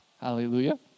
Hallelujah